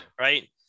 right